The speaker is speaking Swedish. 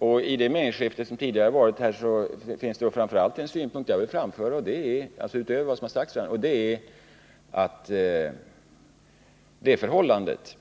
Utöver vad som sagts i meningsutbytet här tidigare, så finns det en synpunkt som jag vill framföra. Det förhållandet